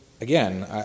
again